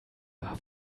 war